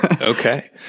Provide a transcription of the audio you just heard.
Okay